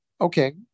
okay